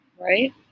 right